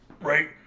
right